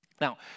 Now